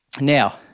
Now